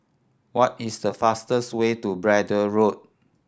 what is the fastest way to Braddell Road